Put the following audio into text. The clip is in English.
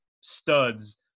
studs